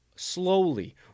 Slowly